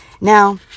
Now